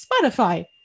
Spotify